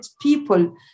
people